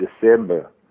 December